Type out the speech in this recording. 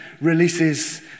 releases